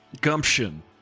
gumption